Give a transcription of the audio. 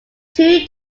two